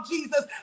Jesus